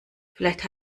vielleicht